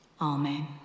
Amen